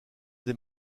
des